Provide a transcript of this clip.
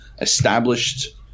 established